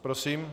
Prosím.